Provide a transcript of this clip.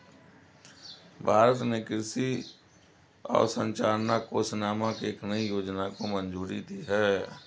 भारत ने कृषि अवसंरचना कोष नामक एक नयी योजना को मंजूरी दी है